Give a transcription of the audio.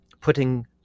putting